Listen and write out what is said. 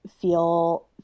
feel